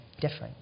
different